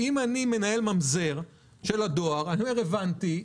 אם אני מנהל ממזר של הדואר אני אומר: הבנתי,